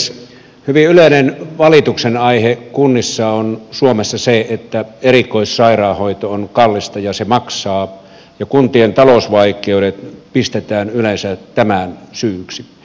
hyvin yleinen valituksen aihe kunnissa on suomessa se että erikoissairaanhoito on kallista ja se maksaa ja kuntien talousvaikeudet pistetään yleensä tämän syyksi